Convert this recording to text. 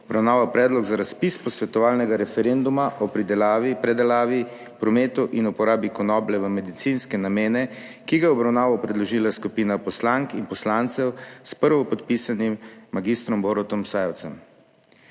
obravnaval Predlog za razpis posvetovalnega referenduma o pridelavi predelavi prometu in uporabi konoplje v medicinske namene, ki ga je v obravnavo predložila skupina poslank in poslancev s prvopodpisanim magistrom Borutom Sajovcem.